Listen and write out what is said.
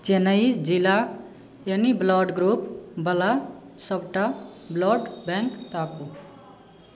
चेन्नई जिलाके any blood group बला सबटा ब्लड बैंक ताकू